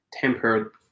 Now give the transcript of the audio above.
tempered